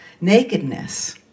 Nakedness